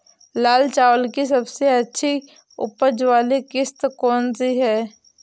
लाल चावल की सबसे अच्छी उपज वाली किश्त कौन सी है?